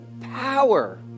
power